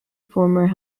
former